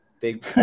Big